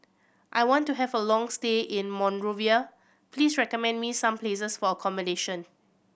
I want to have a long stay in Monrovia please recommend me some places for accommodation